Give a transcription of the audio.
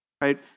right